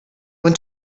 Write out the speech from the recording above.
when